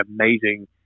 amazing